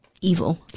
Evil